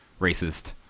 racist